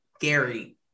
gary